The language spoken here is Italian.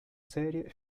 serie